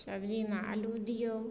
सब्जीमे आलू दियौ